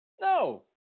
No